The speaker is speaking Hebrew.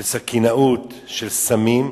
של סכינאות, של סמים,